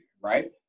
right